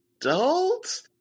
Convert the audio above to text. adult